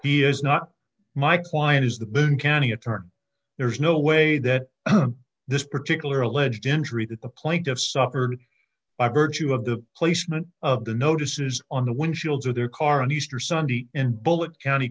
he is not my client is the boone county attorney there's no way that this particular alleged injury that the plaintiff suffered by virtue of the placement of the notices on the windshields of their car on easter sunday in bullet county